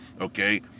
Okay